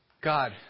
God